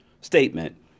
statement